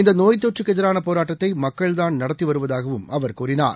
இந்தநோய் தொற்றுக்குஎதிரானபோராட்டத்தைமக்கள்தான் நடத்திவருவதாகவும் அவர் கூறினார்